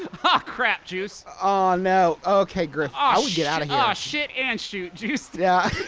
ah crap, juice. oh, no. okay, griff. i would get out of here. oh, shit and shoot, juice. yeah,